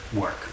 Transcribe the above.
work